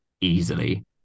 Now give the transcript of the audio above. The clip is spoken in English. easily